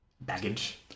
Baggage